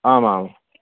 आम् आं